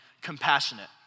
compassionate